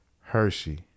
Hershey